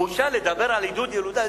בושה לדבר על עידוד ילודה,